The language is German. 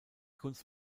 kunst